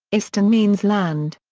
istan means land.